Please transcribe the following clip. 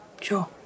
Sure